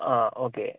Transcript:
ആ ഓക്കെ